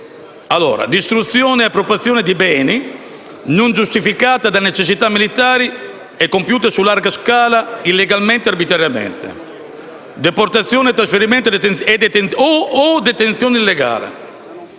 «distruzione ed appropriazione di beni, non giustificate da necessità militari e compiute su larga scala illegalmente e arbitrariamente; deportazione, trasferimento o detenzione illegale;